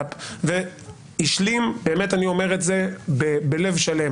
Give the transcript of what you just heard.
פנים והשלים באמת אני אומר את זה בלב שלם